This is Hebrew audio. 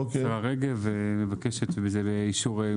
השרה רגב מבקשת וזה לאישור,